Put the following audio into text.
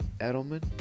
Edelman